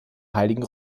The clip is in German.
heiligen